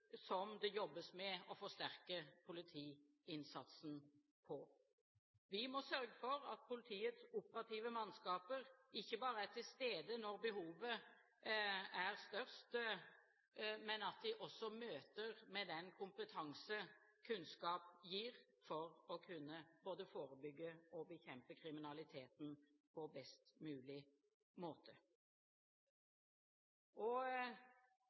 som det jobbes med å forsterke politiinnsatsen på. Vi må sørge for at politiets operative mannskaper ikke bare er til stede når behovet er størst, men at de også møter med den kompetanse kunnskap gir for å kunne både forebygge og bekjempe kriminaliteten på best mulig